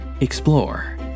Explore